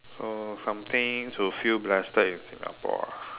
so something to feel blessed in Singapore ah